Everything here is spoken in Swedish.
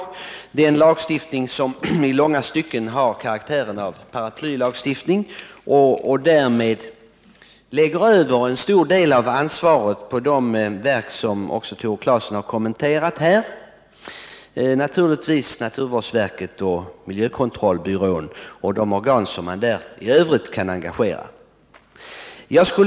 Det är en lagstiftning som i långa stycken har karaktären av paraplylagstiftning och därmed lägger över en stor del av ansvaret på de verk som Tore Claeson har kommenterat — naturligtvis naturvårdsverket, miljökontrollbyrån och de organ som man i övrigt kan engagera.